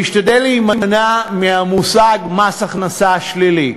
להשתדל להימנע מהמושג "מס הכנסה שלילי".